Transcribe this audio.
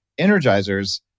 energizers